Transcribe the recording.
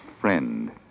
friend